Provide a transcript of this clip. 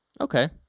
Okay